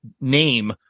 name